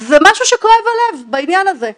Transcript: זה משהו שכואב הלב בעניין הזה.